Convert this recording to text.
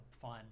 fun